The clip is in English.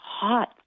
hot